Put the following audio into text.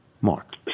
Mark